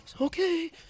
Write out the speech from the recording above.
okay